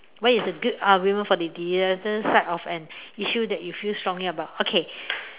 what is a good argument for the other side of an issue that you feel strongly about okay